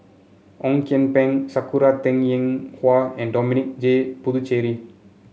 Ong Kian Peng Sakura Teng Ying Hua and Dominic J Puthucheary